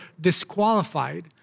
disqualified